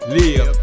live